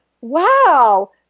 wow